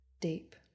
deep